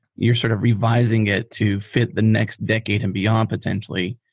you're sort of revising it to fit the next decade and beyond potentially.